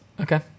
okay